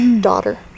daughter